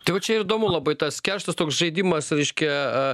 tai vat čia ir įdomu labai tas kerštas toks žaidimas reiškia